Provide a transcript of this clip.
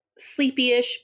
sleepyish